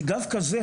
כי דווקא זה,